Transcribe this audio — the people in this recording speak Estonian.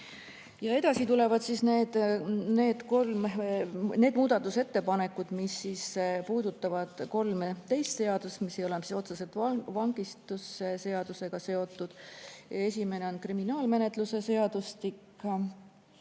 Ja edasi tulevad siis need muudatusettepanekud, mis puudutavad 13 seadust, mis ei ole otseselt vangistusseadusega seotud. Esimene on kriminaalmenetluse seadustik.